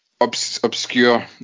obscure